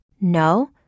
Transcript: No